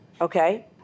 Okay